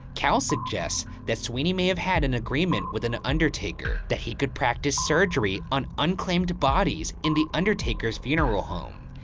cowles suggests that sweeney may have had an agreement with an undertaker. that he could practice surgery on the unclaimed bodies in the undertakers funeral home.